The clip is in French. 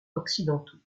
occidentaux